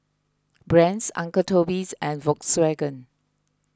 Brand's Uncle Toby's and Volkswagen